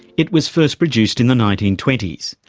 it was first produced in the nineteen twenty s,